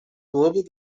global